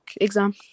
exam